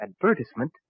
advertisement